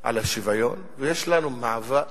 על השוויון, ויש לנו מעגל